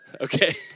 Okay